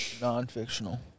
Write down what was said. Non-fictional